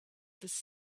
this